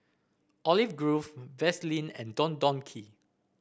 Olive Grove Vaseline and Don Donki